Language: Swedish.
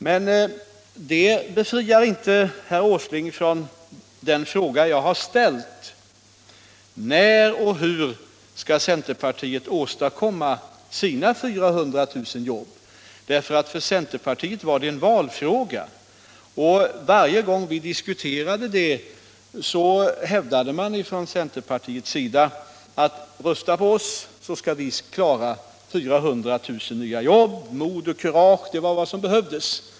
Men det befriar inte herr Åsling från den fråga jag har ställt: När och hur skall centerpartiet åstadkomma sina 400 000 jobb? För centerpartiet var det en valfråga. Varje gång vi diskuterade saken sade man från centerpartiets sida: Rösta på oss så skall vi klara 400 000 jobb. Kurage var vad som behövdes.